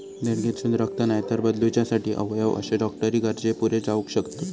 देणगेतसून रक्त, नायतर बदलूच्यासाठी अवयव अशे डॉक्टरी गरजे पुरे जावक शकतत